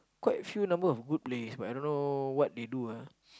quite few number of good plays but I don't know what they do ah